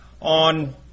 on